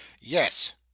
Yes